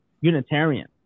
Unitarian